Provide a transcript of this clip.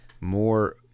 more